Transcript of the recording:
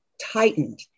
tightened